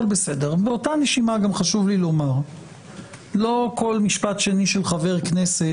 באותה נשימה גם חשוב לי לומר שלא כל משפט של חבר כנסת